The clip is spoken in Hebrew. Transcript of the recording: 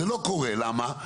זה לא קורה, למה?